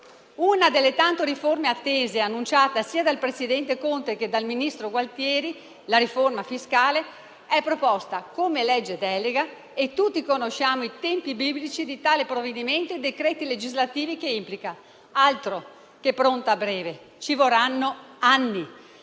una delle tante riforme attese ed annunciata sia dal presidente Conte che dal ministro Gualtieri, la riforma fiscale, è proposta come legge delega, ma tutti conosciamo i tempi biblici di tale provvedimento e i decreti legislativi che implica; altro che pronta a breve: ci vorranno anni.